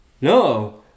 no